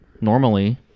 normally